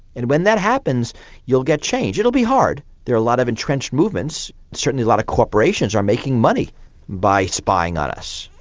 and when that happens you will get change. it will be hard. there are lot of entrenched movements. certainly a lot of corporations are making money by spying on us,